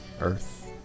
Earth